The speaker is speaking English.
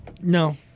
No